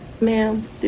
Ma'am